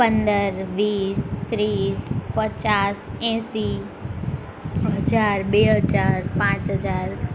પંદર વીસ ત્રીસ પચાસ એંશી હજાર બે હજાર પાંચ હજાર